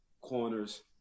corners